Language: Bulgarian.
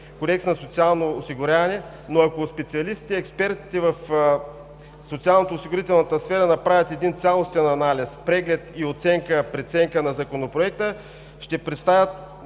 Кодекс на социално осигуряване, но ако специалистите, експертите в социалноосигурителната сфера направят един цялостен анализ, преглед, оценка и преценка на Законопроекта, ще представят